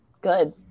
good